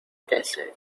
desert